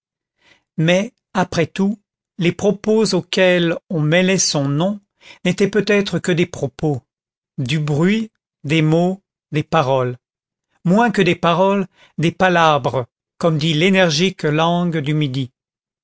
mais après tout les propos auxquels on mêlait son nom n'étaient peut-être que des propos du bruit des mots des paroles moins que des paroles des palabres comme dit l'énergique langue du midi